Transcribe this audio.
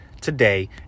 today